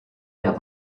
der